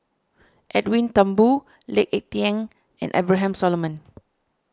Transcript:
Edwin Thumboo Lee Ek Tieng and Abraham Solomon